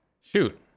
shoot